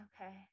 Okay